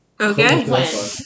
Okay